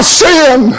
sin